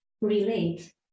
relate